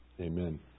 amen